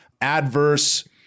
adverse